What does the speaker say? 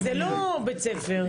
זה לא בית ספר.